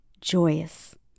joyous